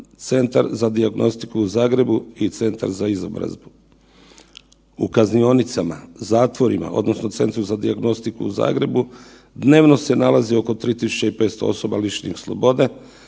Centar za dijagnostiku u Zagrebu i Centar za izobrazbu. U kaznionicama, zatvorima odnosno Centru za dijagnostiku u Zagrebu dnevno se nalazi oko 3500 osoba lišenih slobode,